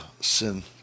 sin